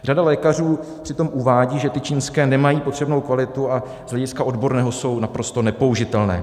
Řada lékařů přitom uvádí, že ty čínské nemají potřebnou kvalitu a z hlediska odborného jsou naprosto nepoužitelné.